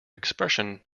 expression